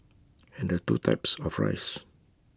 add the two types of rice